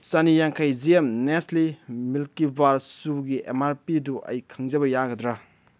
ꯆꯅꯤꯌꯥꯡꯈꯩ ꯖꯤ ꯑꯦꯝ ꯅꯦꯁꯂꯤ ꯃꯤꯜꯛꯀꯤꯕꯥꯔ ꯆꯨꯒꯤ ꯑꯦꯝ ꯑꯥꯔ ꯄꯤꯗꯨ ꯑꯩ ꯈꯪꯖꯕ ꯌꯥꯒꯗ꯭ꯔꯥ